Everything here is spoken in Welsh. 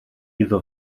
iddo